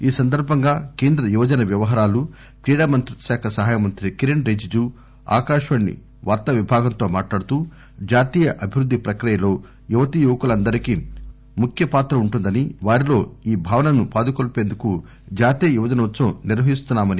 ఈ సందర్బంగా కేంద్ర యువజన వ్యవహారాలు క్రీడా మంత్రిత్వ శాఖ సహాయమంత్రి కిరెణ్ రిజిజు ఆకాశవాణి వార్తా విభాగంతో మాట్లాడుతూ జాతీయ అభివృద్ది ప్రక్రియలో యువతీ యువకులందరికీ ముఖ్య పాత్ర ఉంటుందని వారిలో ఈ భావనను పాదుకొల్చేందుకు జాతీయ యువజన ఉత్పవం నిర్వహిస్తున్నా మన్నారు